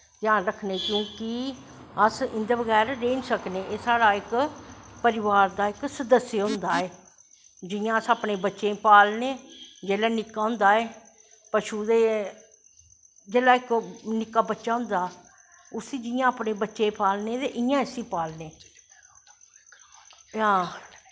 ध्यान रक्खनें क्योंकि अस इंदै बगैर रेही नी सकने अस इंदै बगैर परिवार दा इक सदस्य होंदा ऐ इक जियां अस अपनें बच्चें गी पालनें जिसलै निक्का होंदा एह् पशु ते जिसलै इक निक्का बच्चा होंदा उसी जियां अपनें बच्चे गी पालनें ते इयां इसी पालनें ते हां